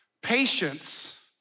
patience